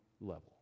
level